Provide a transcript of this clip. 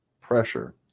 pressure